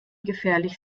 gefährlich